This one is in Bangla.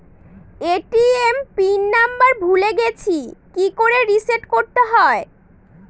এ.টি.এম পিন নাম্বার ভুলে গেছি কি করে রিসেট করতে হয়?